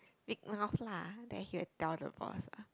big mouth lah then he will tell the boss ah